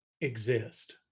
exist